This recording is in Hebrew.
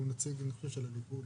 הוא נציג הליכוד.